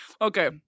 Okay